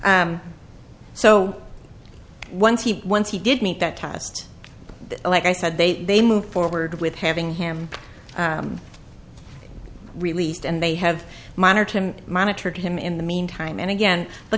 yes so once he once he did meet that test like i said they they move forward with having him released and they have minor tim monitored him in the meantime and again the